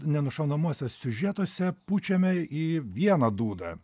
nenušaunamuose siužetuose pučiame į vieną dūdą